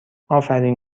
آفرین